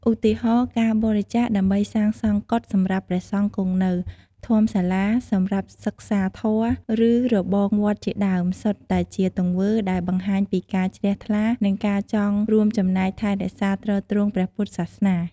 ឧទាហរណ៍ ការបរិច្ចាគដើម្បីសាងសង់កុដិសម្រាប់ព្រះសង្ឃគង់នៅ ធម្មសាលាសម្រាប់សិក្សាធម៌ ឬរបងវត្តជាដើម សុទ្ធតែជាទង្វើដែលបង្ហាញពីការជ្រះថ្លា និងការចង់រួមចំណែកថែរក្សាទ្រទ្រង់ព្រះពុទ្ធសាសនា។